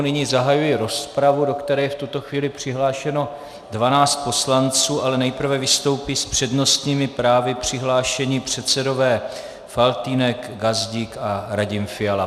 Nyní zahajuji rozpravu, do které je v tuto chvíli přihlášeno dvanáct poslanců, ale nejprve vystoupí s přednostními právy přihlášení předsedové Faltýnek, Gazdík a Radim Fiala.